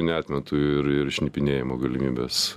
neatmetu ir ir šnipinėjimo galimybės